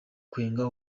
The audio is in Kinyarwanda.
kwenga